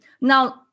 Now